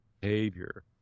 behavior